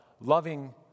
loving